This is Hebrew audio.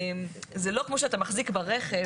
זה לא כמו שאתה מחזיק ברכב